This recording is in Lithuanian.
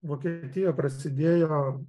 vokietijoje prasidėjo